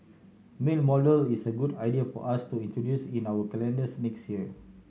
male model is a good idea for us to introduce in our calendars next year